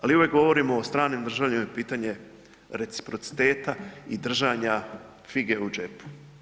Ali uvijek govorimo o stranim državljanima i pitanje je reciprociteta i držanja fige u džepu.